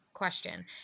Question